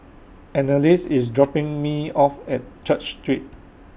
Anneliese IS dropping Me off At Church Street